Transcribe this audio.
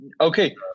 Okay